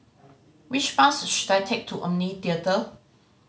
which bus should I take to Omni Theatre